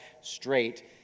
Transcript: straight